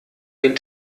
den